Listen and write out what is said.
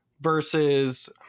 versus